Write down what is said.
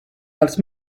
dels